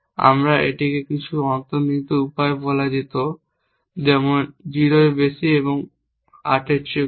আমরা এটাকে কিছু অন্তর্নিহিত উপায়ে বলা যেত যেমন 0 এর বেশি এবং 8 এর চেয়ে কম